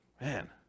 man